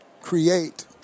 create